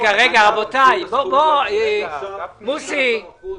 זו מחסנית של חמישה אחוזים.